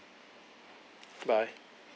bye